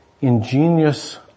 ingenious